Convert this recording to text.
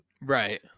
right